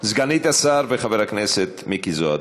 סגנית השר וחבר הכנסת מיקי זוהר,